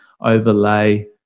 overlay